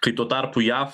kai tuo tarpu jav